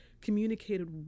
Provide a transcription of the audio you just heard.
communicated